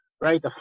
right